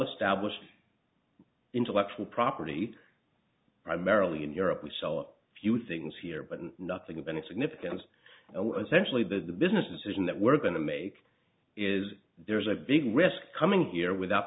established intellectual property primarily in europe we sell up a few things here but nothing of any significance is actually the business decision that we're going to make is there's a big risk coming here with